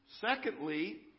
Secondly